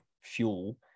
fuel